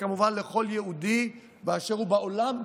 וכמובן לכל יהודי באשר הוא בעולם,